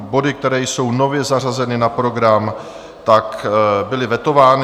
Body, které jsou nově zařazeny na program, byly vetovány.